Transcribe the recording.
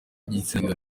igitsina